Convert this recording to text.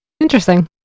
Interesting